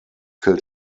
killed